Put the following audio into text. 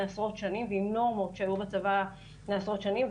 עשרות שנים ועם נורמות שהיו בצבא לפני עשרות שנים.